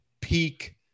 peak